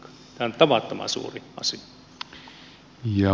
tämä on tavattoman suuri asia